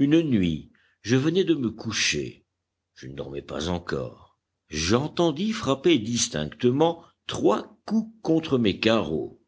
une nuit je venais de me coucher je ne dormais pas encore j'entendis frapper distinctement trois coups contre mes carreaux